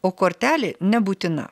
o kortelė nebūtina